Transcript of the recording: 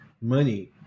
money